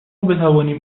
بتوانیم